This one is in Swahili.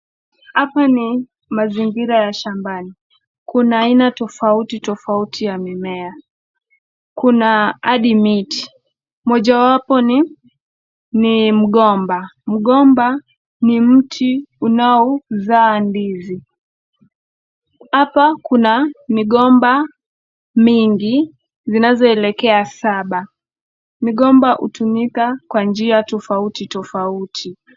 Hapa ni mazingira ya shambani. Kuna aina tofauti tofauti ya mimea. Kuna hadi miti. Mojawapo ni mgomba. Mgomba ni mti unaozaa ndizi. Hapa kuna migomba mingi zinazoelekea saba. Migomba hutumika kwa njia tofauti tofauti.